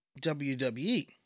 WWE